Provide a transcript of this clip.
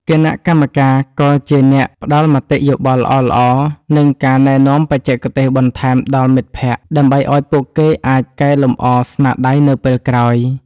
គណៈកម្មការក៏ជាអ្នកផ្ដល់មតិយោបល់ល្អៗ និងការណែនាំបច្ចេកទេសបន្ថែមដល់មិត្តភក្តិ ដើម្បីឱ្យពួកគេអាចកែលម្អស្នាដៃនៅពេលក្រោយ។